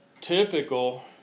typical